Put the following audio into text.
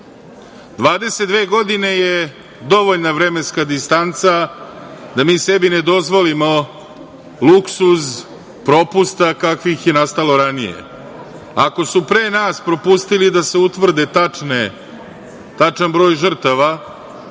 dve godine je dovoljna vremenska distanca da mi sebi ne dozvolimo luksuz propusta kakvih je nastalo ranije. Ako su pre nas propustili da se utvrdi tačan broj žrtava,